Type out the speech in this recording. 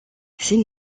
ces